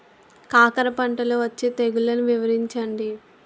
కాకర పంటలో వచ్చే తెగుళ్లను వివరించండి?